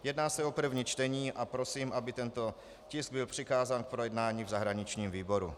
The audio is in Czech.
Jedná se o první čtení a prosím, aby tento tisk byl přikázán k projednání v zahraničním výboru.